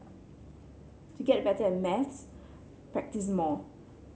to get better at maths practise more